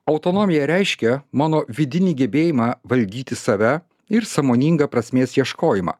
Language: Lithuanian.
autonomija reiškia mano vidinį gebėjimą valdyti save ir sąmoningą prasmės ieškojimą